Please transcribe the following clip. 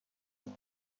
نمی